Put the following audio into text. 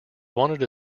wanted